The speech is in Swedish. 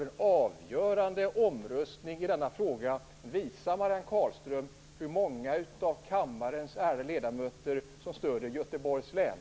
En avgörande omröstning i denna fråga får sedan visa Marianne Carlström hur många av kammarens ärade ledamöter som stöder benämningen Göteborgs län.